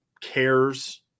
cares